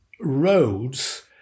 roads